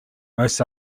most